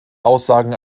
aussagen